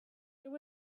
there